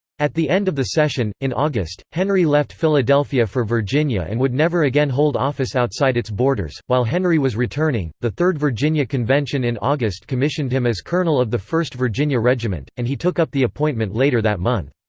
at the end of the session, in august, henry left philadelphia for virginia and would never again hold office outside its borders while henry was returning, the third virginia convention in august commissioned him as colonel of the first virginia regiment, and he took up the appointment later that month.